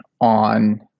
on